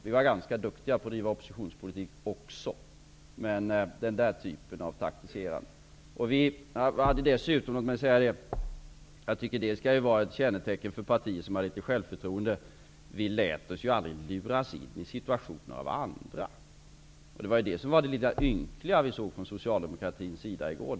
Vi var ganska duktiga på att bedriva oppositionspolitik också, men den typen av taktiserande ägnade vi oss inte åt. Vi lät oss aldrig luras in i situationer av andra. Det tycker jag skall vara ett kännetecken för partier som har självförtroende. Det var det som var det ynkliga i det vi såg Socialdemokraterna göra i går.